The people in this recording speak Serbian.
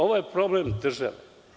Ovo je problem države.